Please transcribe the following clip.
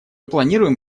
планируем